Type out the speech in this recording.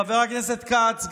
חבר הכנסת כץ,